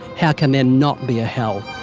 how can there not be a hell?